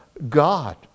God